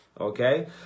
okay